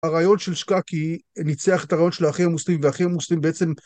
הרעיון של שקאקי ניצח את הרעיון של האחים המוסלמים, והאחים המוסלמים בעצם...